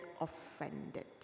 offended